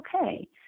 okay